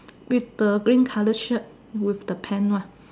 with the green colour shirt with the pan one